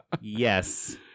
Yes